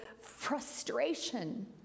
frustration